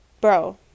bro